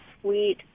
sweet